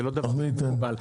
זה לא דבר שהוא מקובל,